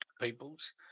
peoples